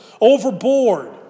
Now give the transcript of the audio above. overboard